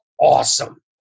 awesome